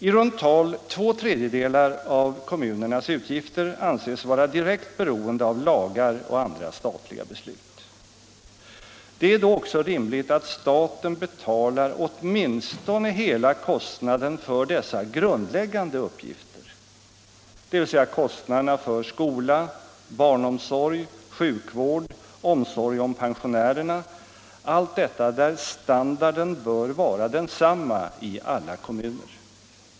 I runt tal två tredjedelar av kommunernas utgifter anses vara direkt beroende av lagar och andra statliga beslut. Det är då också rimligt att staten betalar åtminstone hela kostnaden för dessa grundläggande uppgifter, dvs. kostnaderna för skola, barnomsorg, sjukvård, omsorg om pensionärerna — allt detta där standarden bör vara densamma i alla kommuner.